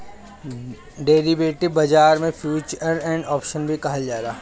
derivative बाजार futures and option भी कहल जाला